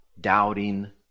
doubting